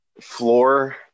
floor